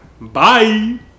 Bye